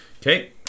Okay